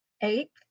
eight